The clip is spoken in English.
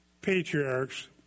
patriarchs